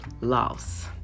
loss